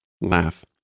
laugh